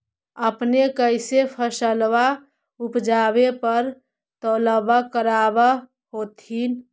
अपने कैसे फसलबा उपजे पर तौलबा करबा होत्थिन?